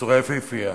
בצורה יפהפייה